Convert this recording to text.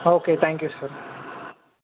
okay thank you sir